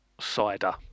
cider